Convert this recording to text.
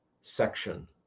section